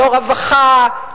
לא רווחה,